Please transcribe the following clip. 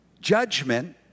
judgment